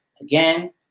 Again